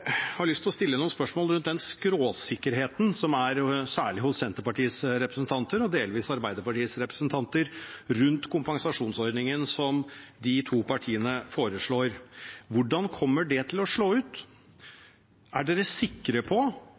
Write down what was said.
jeg har lyst til å stille noen spørsmål rundt den skråsikkerheten som er hos særlig Senterpartiets representanter, og delvis Arbeiderpartiets representanter, rundt kompensasjonsordningen som de to partiene foreslår. Hvordan kommer det til å slå ut? Er de sikre på